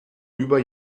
über